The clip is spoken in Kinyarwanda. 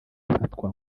afatwa